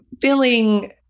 feeling